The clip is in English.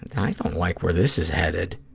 and and i don't like where this is headed.